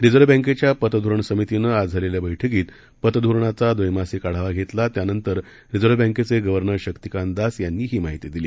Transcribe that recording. reserve बँकेंच्या पतधोरण समितीनं आज झालेल्या बैठकित पतधोरणाचा द्वैमासिक आढावा घेतला त्यानंतर रिझर्व्ह बँकेचे गव्हर्नर शक्तिकांत दास यांनी ही माहिती दिली